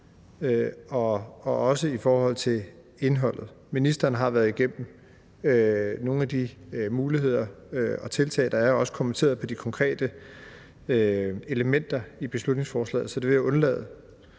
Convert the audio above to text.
og i forhold til indholdet. Ministeren har været igennem nogle af de muligheder og tiltag, der er, og har også kommenteret de konkrete elementer i beslutningsforslaget, så det vil jeg undlade.